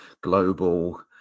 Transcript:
global